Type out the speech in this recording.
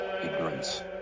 ignorance